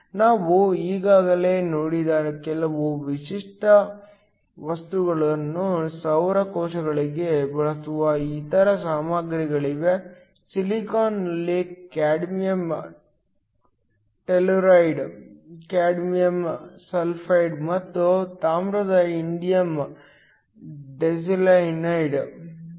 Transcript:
ನಾವು ಈಗಾಗಲೇ ನೋಡಿದ ಕೆಲವು ವಿಶಿಷ್ಟ ವಸ್ತುಗಳನ್ನು ಸೌರ ಕೋಶಗಳಿಗೆ ಬಳಸುವ ಇತರ ಸಾಮಗ್ರಿಗಳಿವೆ ಸಿಲಿಕಾನ್ನಲ್ಲಿ ಕ್ಯಾಡ್ಮಿಯಮ್ ಟೆಲ್ಲುರೈಡ್ ಕ್ಯಾಡ್ಮಿಯಮ್ ಸಲ್ಫೈಡ್ ಮತ್ತು ತಾಮ್ರದ ಇಂಡಿಯಮ್ ಡಿಸ್ಲೆನೈಡ್ ಇದೆ